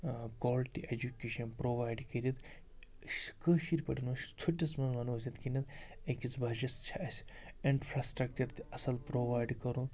quality education provide کٔرِتھ کٲشِر پٲٹھۍ أسۍ ژھوٚٹِس منٛز وَنو أسۍ یِتھ کٔنٮ۪تھ أکِس بَجَس چھِ اَسہِ اِنفرٛاسٹرٛکچَر تہِ اَصٕل پرٛووایِڈ کَرُن